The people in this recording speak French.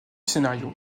scénario